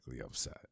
upset